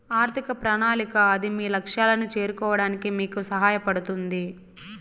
ఆర్థిక ప్రణాళిక అది మీ లక్ష్యాలను చేరుకోవడానికి మీకు సహాయపడుతుంది